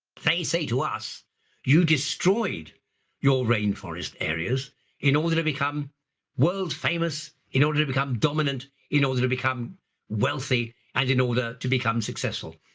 they say to us you destroyed your rainforest areas in order to become world famous, in order to become dominant, in order to become wealthy, and in order to become successful.